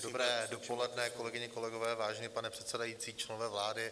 Dobré dopoledne, kolegyně, kolegové, vážený pane předsedající, členové vlády.